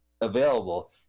available